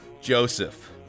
Joseph